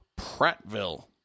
Prattville